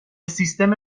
سیستم